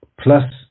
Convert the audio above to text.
plus